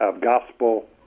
gospel